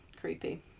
creepy